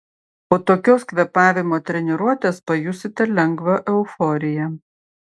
po tokios kvėpavimo treniruotės pajusite lengvą euforiją